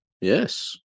yes